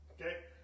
Okay